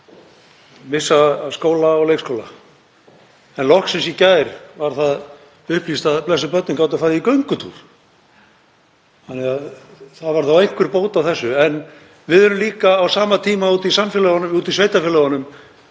missa af skóla og leikskóla. Loksins í gær var það upplýst að blessuð börnin gátu farið í göngutúr, þannig að það varð þá einhver bót á þessu. En við erum líka á sama tíma úti í samfélögunum, úti í sveitarfélögunum,